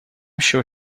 sure